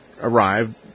arrived